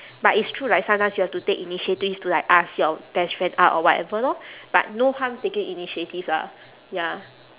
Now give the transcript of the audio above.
but it's true like sometimes you have to take initiative to like ask your best friend out or whatever lor but no harm taking initiative lah ya